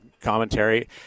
commentary